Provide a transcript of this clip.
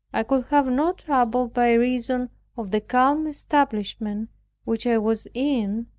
i could have no trouble by reason of the calm establishment which i was in.